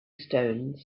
stones